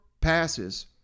passes